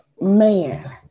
man